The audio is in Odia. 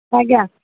ଆଜ୍ଞା